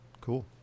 cool